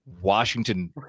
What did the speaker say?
Washington